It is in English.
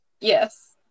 Yes